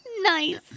Nice